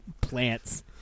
Plants